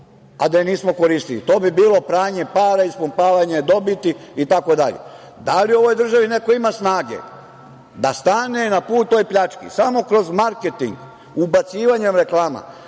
a da je nismo koristili. To bi bilo pranje para, ispumpavanje dobiti itd. Da li u ovoj državi neko ima snage da stane na put toj pljački? Samo kroz marketing, ubacivanjem reklama,